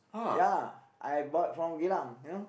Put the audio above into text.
ya I bought from Geylang you know